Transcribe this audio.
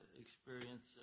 experience